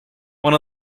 one